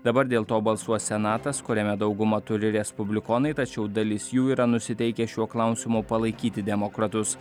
dabar dėl to balsuos senatas kuriame daugumą turi respublikonai tačiau dalis jų yra nusiteikę šiuo klausimu palaikyti demokratus